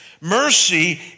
Mercy